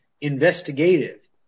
Investigative